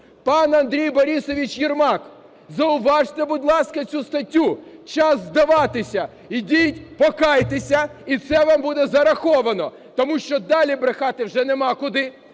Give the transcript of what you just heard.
Пан Андрій Борисович Єрмак, зауважте, будь ласка цю статтю. Час здаватися. Ідіть, покайтеся, і це вам буде зараховано. Тому що далі брехати вже нема куди.